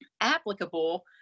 applicable